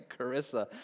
Carissa